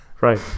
Right